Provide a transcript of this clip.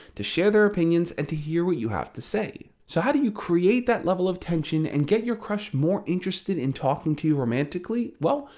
to share their opinions, and to hear what you have to say. so how do you create that level of tension and get your crush more interested in talking to you romantically? well,